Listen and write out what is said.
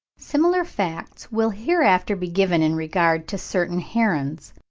similar facts will hereafter be given in regard to certain herons.